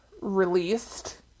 released